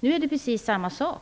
Nu är det precis samma sak.